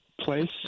place